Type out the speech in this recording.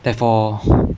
therefore